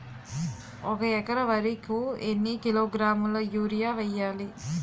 ఒక ఎకర వరి కు ఎన్ని కిలోగ్రాముల యూరియా వెయ్యాలి?